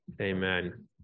Amen